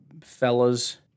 Fellas